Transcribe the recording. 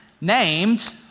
named